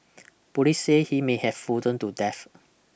police say he may have frozen to death